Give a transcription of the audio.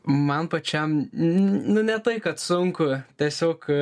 man pačiam n nu ne tai kad sunku tiesiog